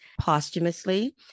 posthumously